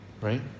Right